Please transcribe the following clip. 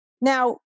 Now